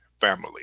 family